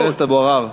חבר הכנסת אבו עראר,